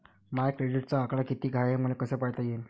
माया क्रेडिटचा आकडा कितीक हाय हे मले कस पायता येईन?